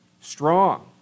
strong